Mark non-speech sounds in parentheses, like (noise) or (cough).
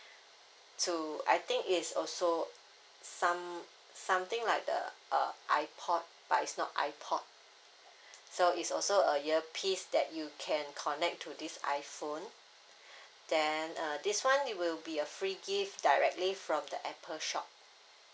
so I think it's also some something like the uh iPod but it's not iPod (breath) so it's also a earpiece that you can connect to this iPhone (breath) then uh this one it will be a free gift directly from the Apple shop